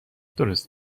درست